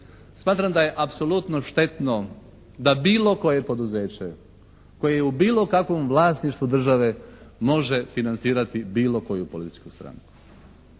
smatram da je apsolutno štetno da bilo koje poduzeće koje je u bilo kakvom vlasništvu države može financirati bilo koju političku stranku.